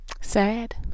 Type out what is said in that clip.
sad